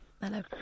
Hello